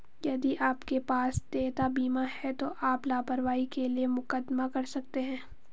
यदि आपके पास देयता बीमा है तो आप लापरवाही के लिए मुकदमा कर सकते हैं